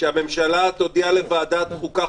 שהממשלה תודיע לוועדת חוקה,